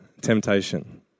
temptation